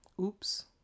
oops